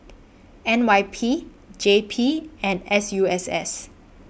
N Y P J P and S U S S